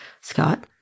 Scott